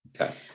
Okay